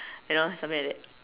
you know something like that